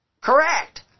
correct